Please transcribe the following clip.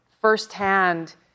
firsthand